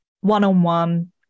one-on-one